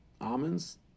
almonds